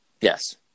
Yes